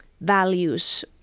values